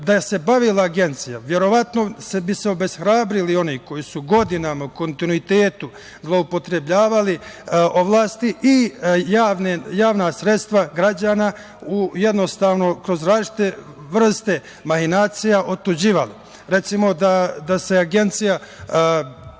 ovim bavila Agencija, verovatno bi se obeshrabrili oni koji su godinama u kontinuitetu zloupotrebljavali javna sredstva građana i kroz različite vrste mahinacija otuđivali. Recimo, da se Agencija